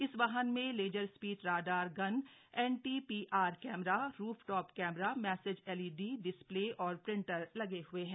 इस वाहन में laser speed radar gun NTPR camera roof top camera message LED display और प्रिंटर लगे हुए हैं